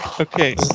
Okay